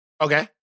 Okay